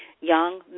young